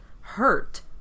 hurt